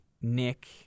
Nick